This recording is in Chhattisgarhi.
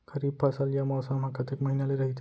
खरीफ फसल या मौसम हा कतेक महिना ले रहिथे?